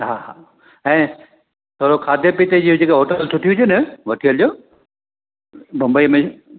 हा हा ऐं थोरो खाधे पीते जी जेका होटल सुठी हुजे न वठी हलिजो बंबई में